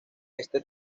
este